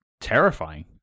terrifying